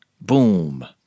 Boom